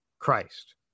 christ